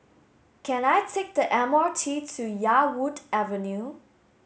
can I take the M R T to Yarwood Avenue